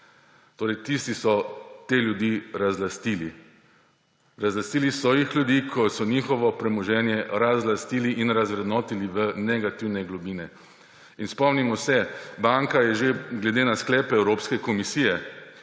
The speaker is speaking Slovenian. Tisti so te ljudi razlastili. Razlastili so jih tisti, ki so njihovo premoženje razlastili in razvrednotili v negativne globine. Spomnimo se, banka je že glede na sklep Evropske komisije